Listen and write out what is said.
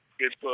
good